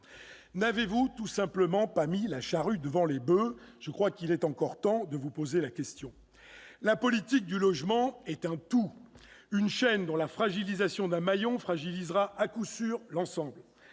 N'avez-vous tout simplement pas mis la charrue devant les boeufs ? Il est encore temps de vous poser la question. La politique du logement est un tout, une chaîne, dont la fragilisation d'un maillon fragilisera à coup sûr l'ensemble.